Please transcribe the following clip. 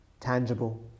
Tangible